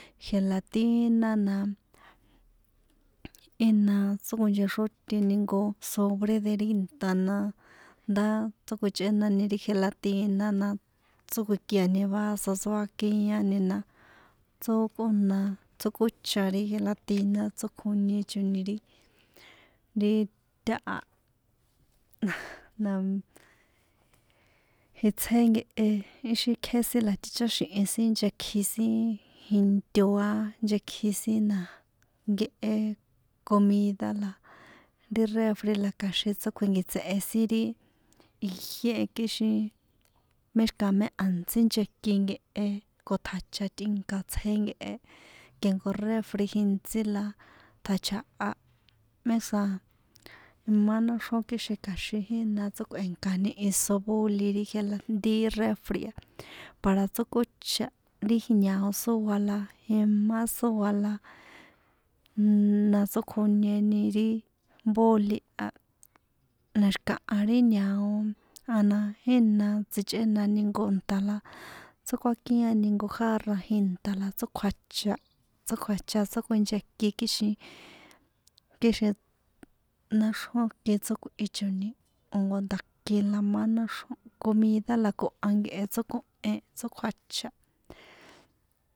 Gelatína na ina tsókonchexróteni jnko sobre de ri inta na ndá tsókuichénani ri gelatina na tsókui̱kia̱ni vaso tsókuiani na tsókona tsókocha ri gelatina tsókjoniechoni ri ri taha najj, na jitsé nkehe ixi kjé sin la ticháxi̱hin nchekji sin jinto a nchekji sin nkehe comida la ri refri la tsókjinkiṭsehe sin ri ijié e kixin mé xi̱kaha mé a̱ntsí nchekin nkehe ko tjacha tꞌinka itsjé nkehe ke jnko refri intsí la tsjachaha méxaṟ imá náxrjón kixin kja̱xin jína tsókꞌue̱nkani iso boli ri gela ri refri para tsókocha ri ñao imá sóa la tsókjonieni ri boli a na xi̱kaha ri ñao a na jína tsichꞌénani jnko nta na tsókuakian jnko jarra jinta la tsókjuacha tsókjuacha tsókuinchenkin kixin kixin náxrjón kin tsókꞌuichoni o̱ jnko nda̱kin la ma náxrjon comida la koha nkehe tsókohen tsókjuacha.